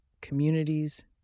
communities